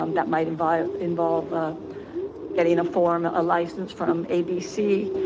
um that might involve involve ah getting a form, a license from abc.